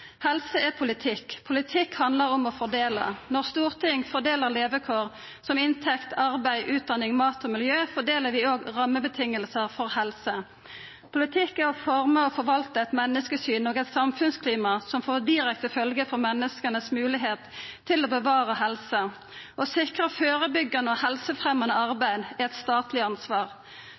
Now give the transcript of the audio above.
Helse er politikk. Politikk handlar om å fordela. Når Stortinget fordeler levekår som inntekt, arbeid, utdanning, mat og miljø, fordeler vi òg rammevilkår for helse. Politikk er å forma og forvalta eit menneskesyn og eit samfunnsklima som får direkte følgjer for menneskas moglegheiter til å bevara helsa. Det å sikra førebyggjande og helsefremjande arbeid er eit statleg ansvar.